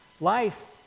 Life